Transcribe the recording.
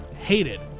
hated